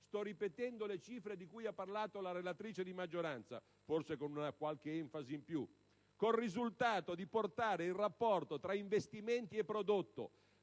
sto ripetendo le cifre di cui ha parlato la relatrice di maggioranza, forse con qualche enfasi in più col risultato di portare il rapporto tra investimenti e prodotto